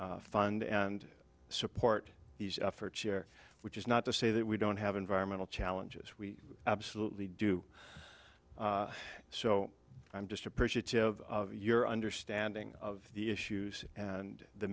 fund and support these efforts here which is not to say that we don't have environmental challenges we absolutely do so i'm just appreciative of your understanding of the issues and the